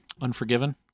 Unforgiven